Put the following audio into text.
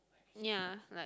ya like